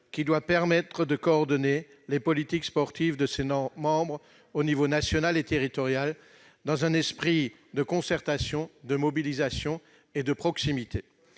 qui doit permettre de coordonner les politiques sportives de ses membres aux niveaux national et territorial, dans un esprit de concertation, de mobilisation et de proximité.